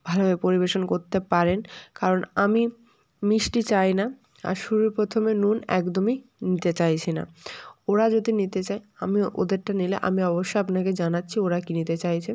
ভালোভাবে পরিবেশন করতে পারেন কারণ আমি মিষ্টি চাই না আর শুরুর প্রথমে নুন একদমই নিতে চাইছি না ওরা যদি নিতে চায় আমি ওদেরটা নিলে আমি অবশ্যই আপনাকে জানাচ্ছি ওরা কী নিতে চাইছে